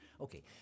Okay